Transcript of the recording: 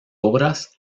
obras